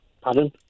Pardon